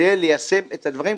כדי ליישם את הדברים,